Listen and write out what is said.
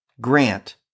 grant